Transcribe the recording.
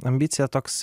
ambicija toks